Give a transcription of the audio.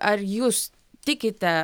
ar jūs tikite